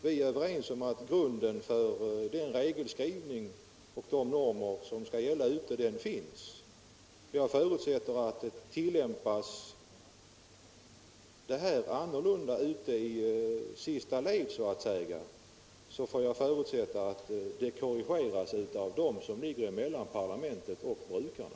Vi är överens om att grunden för regelskrivningen och de normer som skall gälla redan finns. Om reglerna tillämpas annorlunda i sista ledet, så att säga, så förutsätter jag att det korrigeras av dem som ligger mellan parlamentet och brukarna.